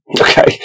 Okay